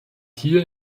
hier